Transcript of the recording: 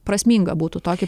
prasminga būtų tokį